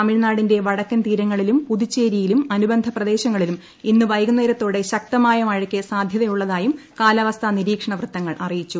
തമിഴ്നാടിന്റെ വടക്കൻ തീരങ്ങളിലും പുതുച്ചേരിയിലും അനുബന്ധ പ്രദേശങ്ങളിലും ഇന്ന് വൈകുന്നേരത്തോടെ ശക്തമായ മഴയ്ക്ക് സാധ്യത ഉള്ളതായും കാലാവസ്ഥാ നിരീക്ഷണവൃത്തങ്ങൾ അറിയിച്ചു